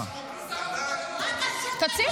מה זה קשור --- איפה ראית --- אתה מדבר